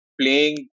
playing